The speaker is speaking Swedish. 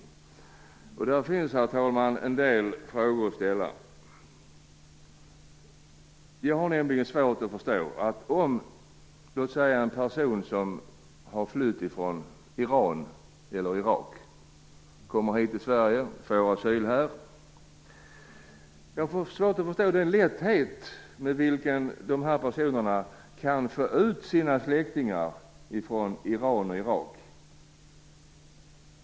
På det området finns, herr talman, en del frågor att ställa. Det är nämligen något jag har svårt att förstå. Låt oss säga att en person har flytt från Iran eller Irak, kommer hit till Sverige och får asyl här. Jag har svårt att förstå den lätthet med vilken han kan få ut sina släktingar från Iran och Irak.